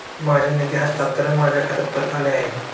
माझे निधी हस्तांतरण माझ्या खात्यात परत आले आहे